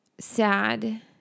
sad